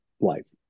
life